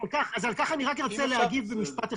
אז על כך אני רק ארצה להגיב במשפט אחד,